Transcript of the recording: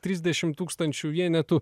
trisdešim tūkstančių vienetų